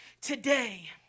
today